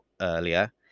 earlier